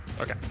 Okay